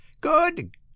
Good